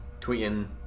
tweeting